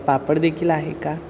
पापडदेखील आहे का